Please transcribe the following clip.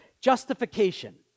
justification